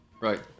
right